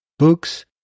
books